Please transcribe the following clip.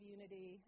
Unity